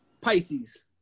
Pisces